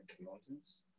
mountains